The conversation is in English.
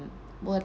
what